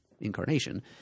incarnation